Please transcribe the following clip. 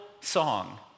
song